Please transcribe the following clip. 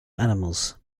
animals